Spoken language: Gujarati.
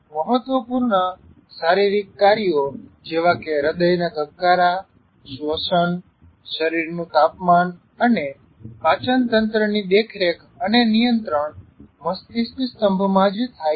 મહત્વપૂર્ણ શારીરિક કાર્યો જેવા કે હદય ના ધબકારા શ્વસન શરીરનું તાપમાન અને પાચનતંત્રની દેખરેખ અને નિયંત્રણ મસ્તિસ્ક સ્તંભમાં જ થાય છે